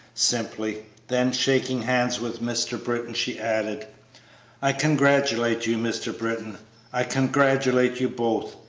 simply then, shaking hands with mr. britton, she added i congratulate you, mr. britton i congratulate you both.